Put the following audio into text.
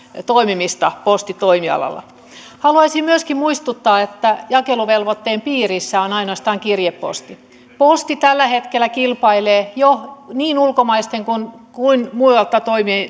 toimimisen postitoimialalla haluaisin myöskin muistuttaa että jakeluvelvoitteen piirissä on ainoastaan kirjeposti posti tällä hetkellä kilpailee jo niin ulkomaisten kuin muualta